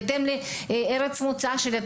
בהתאם לארץ מוצאם.